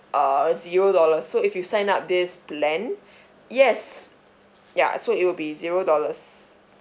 uh zero dollars so if you sign up this plan yes ya so it'll be zero dollars